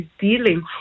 dealing